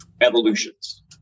evolutions